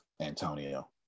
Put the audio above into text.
Antonio